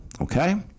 Okay